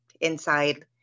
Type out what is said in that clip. inside